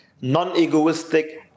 non-egoistic